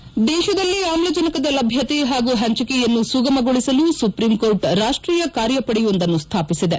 head ದೇಶದಲ್ಲಿ ಆಮ್ಲಜನಕದ ಲಭ್ಯತೆ ಹಾಗೂ ಹಂಚಿಕೆಯನ್ನು ಸುಗಮಗೊಳಿಸಲು ಸುಪ್ರೀಂಕೋರ್ಟ್ ರಾಷ್ಷೀಯ ಕಾರ್ಯಪಡೆಯೊಂದನ್ನು ಸ್ವಾಪಿಸಿದೆ